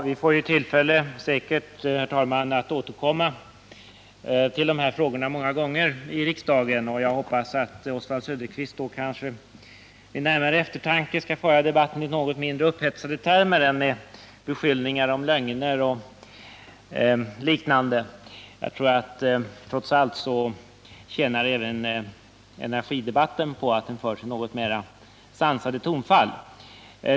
Herr talman! Vi får säkert tillfälle att återkomma till de här frågorna många gånger här i riksdagen. Jag hoppas att Oswald Söderqvist då vid närmare eftertanke skall kunna föra debatten i något mindre upphetsade termer än han gör nu med beskyllningar om lögner och liknande. Trots allt tjänar även energidebatten på att föras i något mera sansade tonfall.